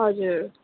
हजुर